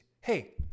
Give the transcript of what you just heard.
Hey